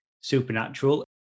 supernatural